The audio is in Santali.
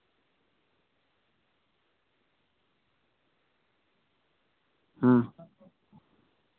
ᱦᱮᱸ